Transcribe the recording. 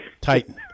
Titan